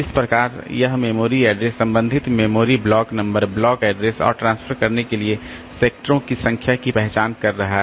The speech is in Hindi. इस प्रकार यह मेमोरी एड्रेस संबंधित memory block number block address और ट्रांसफर करने के लिए सेक्टरों की संख्या की पहचान कर रहा है